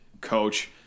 coach